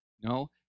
No